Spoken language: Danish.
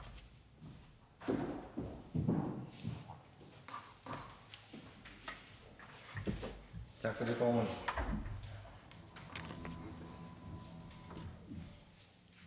at når det kommer